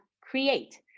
create